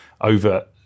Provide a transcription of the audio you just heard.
over